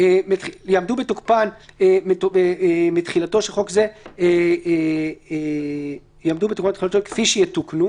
יעמדו בתוקפן מתחילתו של חוק זה כפי שיתוקנו